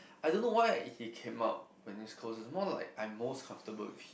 I don't know why he came up when more like I'm most comfortable with him